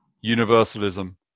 universalism